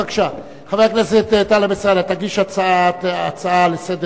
בבקשה, חבר הכנסת טלב אלסאנע, תגיש הצעה לסדר-יום.